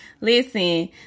Listen